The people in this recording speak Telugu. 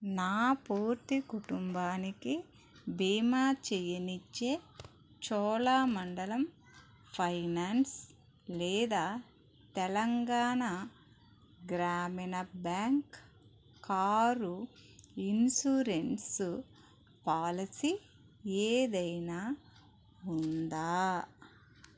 నా పూర్తి కుటుంబానికి బీమా చేయనిచ్చే చోళమండలం ఫైనాన్స్ లేదా తెలంగాణ గ్రామీణ బ్యాంక్ కారు ఇన్షురెన్స్ పాలిసీ ఏదైనా ఉందా